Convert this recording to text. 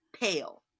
pale